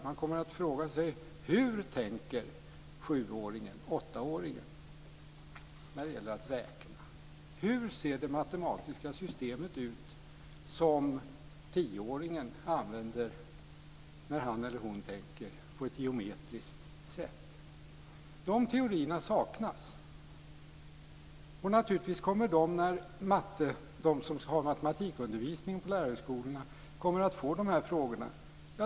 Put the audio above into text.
Man måste fråga sig: Hur tänker sjuåringen eller åttaåringen när det gäller att räkna? Hur ser det matematiska systemet ut som tioåringen använder när han eller hon tänker på ett geometriskt sätt? Dessa teorier saknas. Naturligtvis kommer de som har matematikundervisning på lärarhögskolorna att få frågor av den här typen.